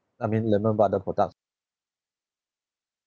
I mean lehman brother products